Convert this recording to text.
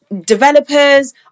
developers